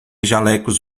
jalecos